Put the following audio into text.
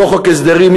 אותו חוק הסדרים,